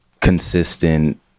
consistent